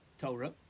Torah